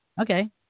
Okay